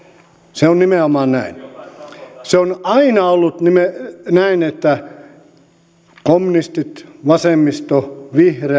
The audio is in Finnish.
se on nimenomaan näin se on aina ollut näin että kommunistit vasemmisto